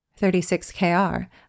36KR